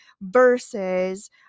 versus